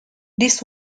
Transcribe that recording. this